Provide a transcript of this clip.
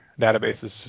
databases